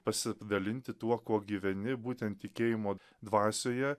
pasidalinti tuo kuo gyveni būtent tikėjimo dvasioje